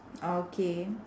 orh K